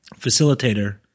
facilitator